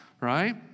right